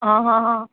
હં હં હં